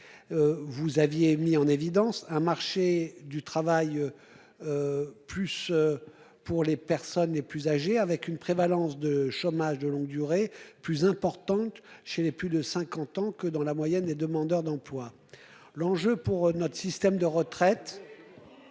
Vous aviez mis en évidence un marché du travail. Plus. Pour les personnes les plus âgé avec une prévalence de chômage de longue durée plus importante chez les plus de 50 ans que dans la moyenne des demandeurs d'emploi. L'enjeu pour notre système d'Europe.